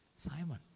Simon